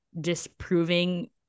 disproving